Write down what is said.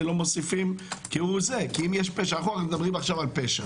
מוסיף כהוא זה אם מדברים עכשיו על פשע.